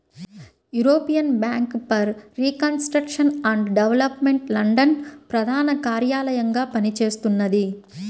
European bank for reconstruction and development London ప్రధాన కార్యాలయంగా పనిచేస్తున్నది